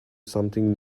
something